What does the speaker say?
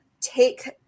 take